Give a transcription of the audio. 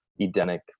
Edenic